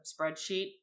spreadsheet